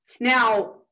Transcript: Now